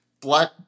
black